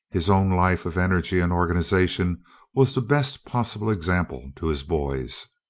his own life of energy and organization was the best possible example to his boys.